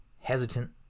hesitant